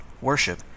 worship